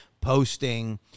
posting